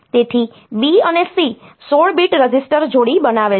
તેથી B અને C 16 bit register જોડી બનાવે છે